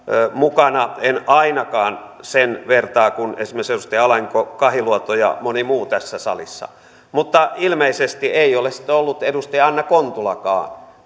mukana en ainakaan sen vertaa kuin esimerkiksi edustaja alanko kahiluoto ja moni muu tässä salissa mutta ilmeisesti ei ole sitten ollut edustaja anna kontulakaan